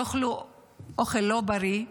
יאכלו אוכל לא בריא,